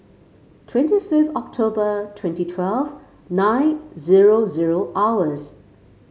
twenty fifth October twenty twelve nine zero zero hours